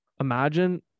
Imagine